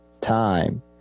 time